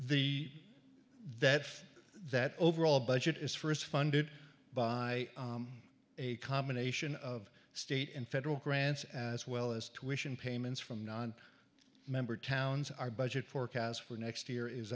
the that that overall budget is first funded by a combination of state and federal grants as well as tuitions payments from non member towns our budget forecast for next year